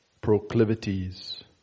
proclivities